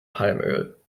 palmöl